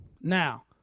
Now